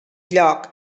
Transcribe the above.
lloc